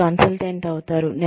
మీరు కన్సల్టెంట్ అవుతారు